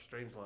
Strangelove